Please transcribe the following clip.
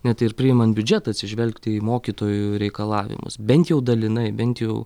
net ir priimant biudžetą atsižvelgti į mokytojų reikalavimus bent jau dalinai bent jau